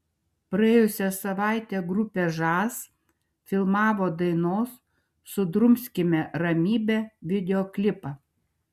praėjusią savaitę grupė žas filmavo dainos sudrumskime ramybę videoklipą